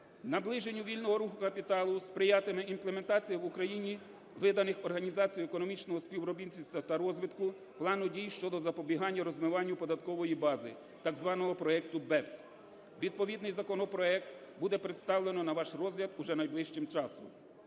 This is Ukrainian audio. Наближенню вільного руху капіталу сприятиме імплементація в Україні виданих Організацією економічного співробітництва та розвитку плану дій щодо запобігання розмиванню податкової бази, так званого проекту BEPS. Відповідний законопроект буде представлено на ваш розгляд уже найближчим часом.